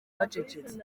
bacecetse